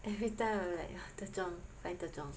everytime I'm like 德中 find 德中